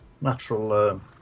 natural